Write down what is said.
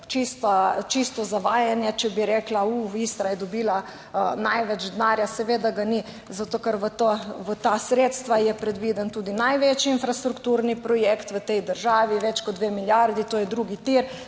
čisto zavajanje, če bi rekla, v Istra je dobila največ denarja. Seveda ga ni, zato ker v ta sredstva je predviden tudi največji infrastrukturni projekt v tej državi, več kot dve milijardi to je drugi tir,